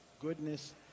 goodness